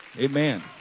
Amen